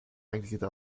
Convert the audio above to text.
eigentliche